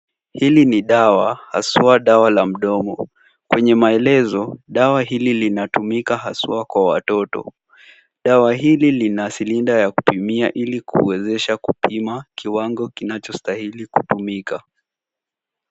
Hili ni dawa, haswa dawa la mdomo. Kwenye maelezo, dawa hili inatumika haswa kwa watoto. Dawa hili lina silinda ya kupimia ili kuwezesha kupima kiwangol kinachostahili kutumika.